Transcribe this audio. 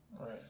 Right